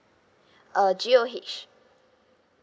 uh G_O_H